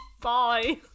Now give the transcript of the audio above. bye